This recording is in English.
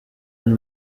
and